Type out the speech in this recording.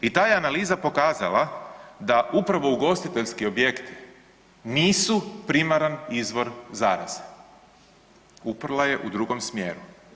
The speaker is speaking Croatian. I ta je analiza pokazala da upravo ugostiteljski objekti nisu primaran izvor zaraze, uprla je u drugom smjeru.